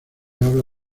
habla